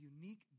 unique